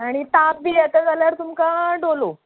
आनी ताप बी येता जाल्यार तुमकां डोलो